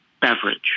beverage